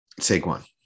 Saquon